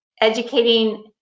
educating